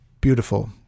beautiful